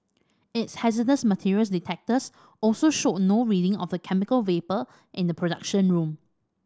its hazardous materials detectors also showed no reading of the chemical vapour in the production room